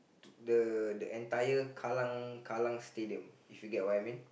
the the entire Kallang Kallang Stadium if you get what I mean